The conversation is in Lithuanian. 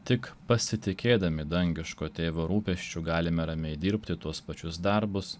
tik pasitikėdami dangiško tėvo rūpesčiu galime ramiai dirbti tuos pačius darbus